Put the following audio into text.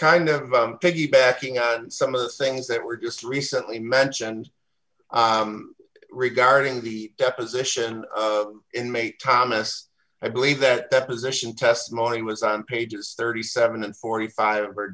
kind of piggybacking on some of the things that were just recently mentioned regarding the deposition in may thomas i believe that deposition testimony was on pages thirty seven and forty five or